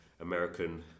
American